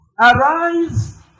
arise